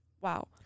Wow